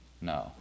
No